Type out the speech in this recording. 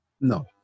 No